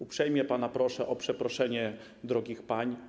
Uprzejmie pana proszę o przeproszenie drogich pań.